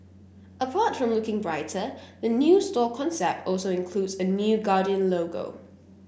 apart from looking brighter the new store concept also includes a new Guardian logo